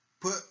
put